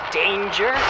danger